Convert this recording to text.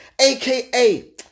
aka